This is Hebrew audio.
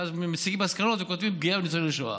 ואז מסיקים מסקנות וכותבים: פגיעה בניצולי שואה.